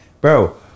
Bro